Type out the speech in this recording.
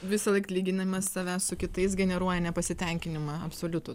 visąlaik lyginimas savęs su kitais generuoja nepasitenkinimą absoliutų